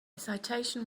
citation